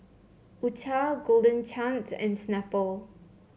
U Cha Golden Chance and Snapple